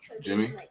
Jimmy